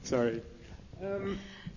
Sorry